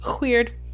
Weird